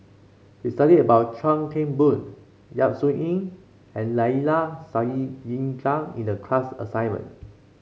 we studied about Chuan Keng Boon Yap Su Yin and Neila Sathyalingam in the class assignment